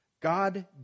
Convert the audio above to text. God